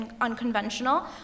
unconventional